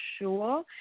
sure